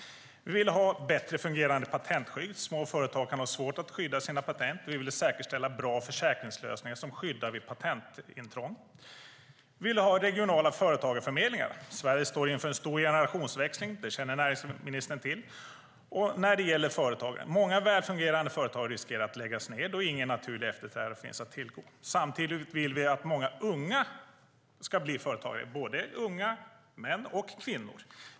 Vi vill ha bättre fungerande patentskydd. Små företag kan ha svårt att skydda sina patent, och vi vill säkerställa bra försäkringslösningar som skyddar vid patentintrång. Vi vill ha regionala företagarförmedlingar. Sverige står inför en stor generationsväxling - det känner näringsministern till - när det gäller företagen. Många väl fungerande företag riskerar att läggas ned då ingen naturlig efterträdare finns att tillgå. Samtidigt vill vi att många unga ska bli företagare, både unga män och kvinnor.